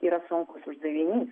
yra sunkus uždavinys